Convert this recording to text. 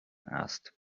asked